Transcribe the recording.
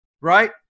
right